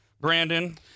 Brandon